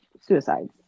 suicides